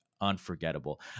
unforgettable